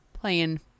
playing